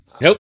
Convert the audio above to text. Nope